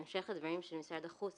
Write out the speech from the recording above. בהמשך לדברים של משרד החוץ